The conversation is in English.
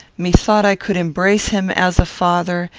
methought i could embrace him as a father,